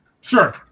Sure